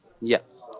Yes